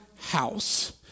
house